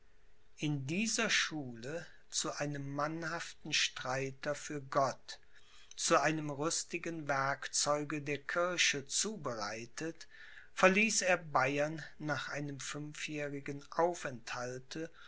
in dieser schule zu einem mannhaften streiter für gott zu einem rüstigen werkzeuge der kirche zubereitet verließ er bayern nach einem fünfjährigen aufenthalte